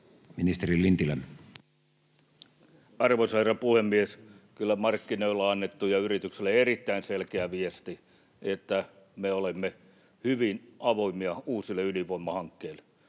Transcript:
Arvoisa herra puhemies! Kyllä markkinoille ja yrityksille on annettu erittäin selkeä viesti, että me olemme hyvin avoimia uusille ydinvoimahankkeille,